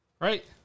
right